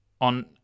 on